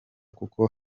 kuko